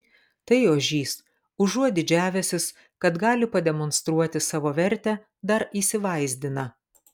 tai ožys užuot didžiavęsis kad gali pademonstruoti savo vertę dar įsivaizdina